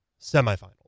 semifinals